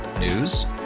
News